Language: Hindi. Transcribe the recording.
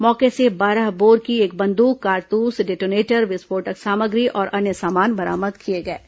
मौके से बारह बोर की एक बंदूक कारतूस डेटोनेटर विस्फोटक सामग्री और अन्य सामान बरामद किए गए हैं